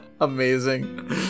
amazing